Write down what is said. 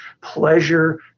pleasure